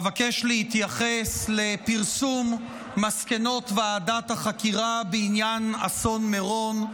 אבקש להתייחס לפרסום מסקנות ועדת החקירה בעניין אסון מירון,